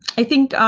i think,